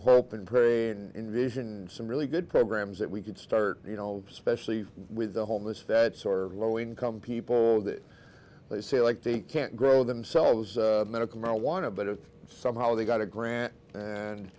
hope and pray and vision some really good programs that we could start you know especially with the homeless fed sort of low income people that they say like they can't grow themselves medical marijuana but somehow they got a grant and